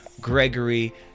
Gregory